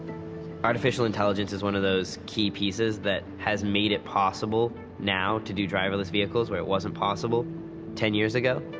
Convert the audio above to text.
artificial intelligence is one of those key pieces that has made it possible now to do driverless vehicles where it wasn't possible ten years ago,